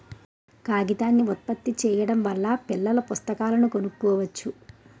కాగితాన్ని ఉత్పత్తి చేయడం వల్ల పిల్లల పుస్తకాలను కొనుక్కోవచ్చు